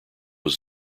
was